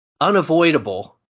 unavoidable